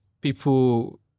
People